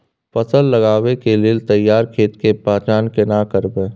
फसल लगबै के लेल तैयार खेत के पहचान केना करबै?